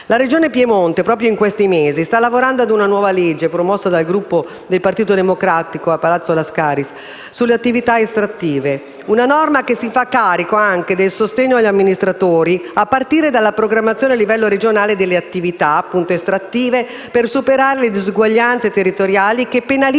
La Regione Piemonte, proprio in questi mesi, sta lavorando ad una nuova legge, promossa dal Gruppo del Partito Democratico a palazzo Lascaris, sulle attività estrattive: una norma che si fa carico anche del sostegno agli amministratori, a partire dalla programmazione a livello regionale delle attività estrattive, per superare le disuguaglianze territoriali che penalizzano